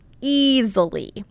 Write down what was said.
easily